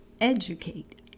educate